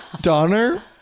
Donner